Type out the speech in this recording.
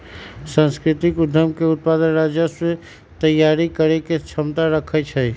सांस्कृतिक उद्यम के उत्पाद राजस्व तइयारी करेके क्षमता रखइ छै